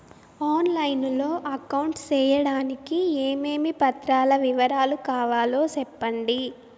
On line లో account సేయడానికి ఏమేమి పత్రాల వివరాలు కావాలో సెప్పండి?